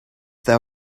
thou